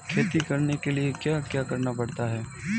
खेती करने के लिए क्या क्या करना पड़ता है?